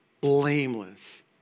blameless